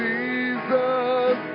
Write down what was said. Jesus